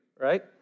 right